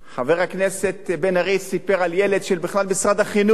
חבר הכנסת בן-ארי סיפר על ילד של משרד החינוך.